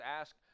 ask